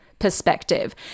perspective